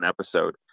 episode